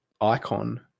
icon